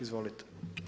Izvolite.